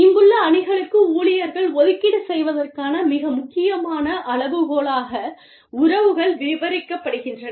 இங்குள்ள அணிகளுக்கு ஊழியர்கள் ஒதுக்கீடு செய்வதற்கான மிக முக்கியமான அளவுகோலாக உறவுகள் விவரிக்கப்படுகின்றன